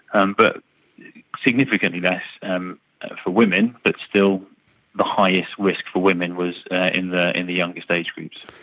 and but significantly less and for women but still the highest risk for women was in the in the youngest age groups.